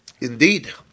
Indeed